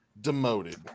Demoted